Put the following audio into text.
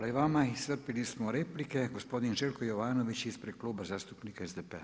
i vama Iscrpili smo replike, gospodin Željko Jovanović ispred Kluba zastupnika SDP-a.